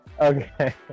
Okay